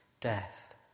death